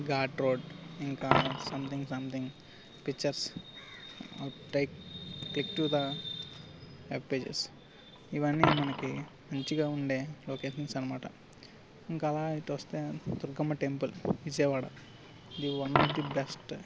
ఘట్ road ఇంకా something something pictures take click to the webpages ఇవన్నీ మనకి మంచిగా ఉండే లొకేషన్స్ అన్నమాట ఇంకా అలా ఇటు వస్తే దుర్గమ్మ టెంపుల్ విజయవాడది వన్ ఆఫ్ ది బెస్ట్